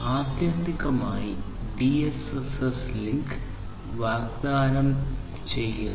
ആത്യന്തികമായി DSSS link വിശ്വാസ്യത വാഗ്ദാനം ചെയ്യുന്നു